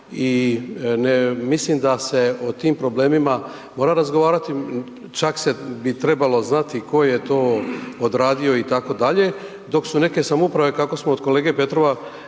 i mislim da se o tim problemima mora razgovarati, čak se bi trebalo znati tko je to odradio, itd., dok su neke samouprave kako smo od kolege Petrova